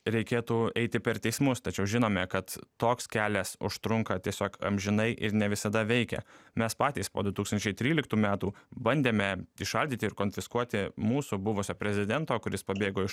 reikėtų eiti per teismus tačiau žinome kad toks kelias užtrunka tiesiog amžinai ir ne visada veikia mes patys po du tūkstančiai tryliktų metų bandėme įšaldyti ir konfiskuoti mūsų buvusio prezidento kuris pabėgo iš